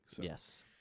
yes